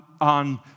on